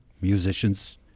musicians